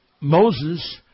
Moses